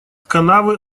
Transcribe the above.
канавы